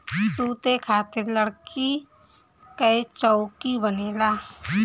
सुते खातिर लकड़ी कअ चउकी बनेला